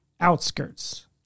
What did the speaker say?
outskirts